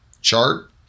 chart